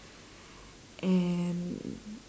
and